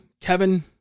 Kevin